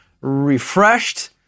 refreshed